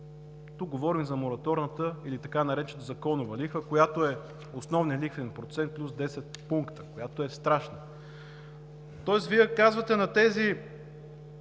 Тук говорим за мораторната или така наречената законова лихва, която е основният лихвен процент плюс 10 пункта, която е страшна. Тоест, Вие казвате на тези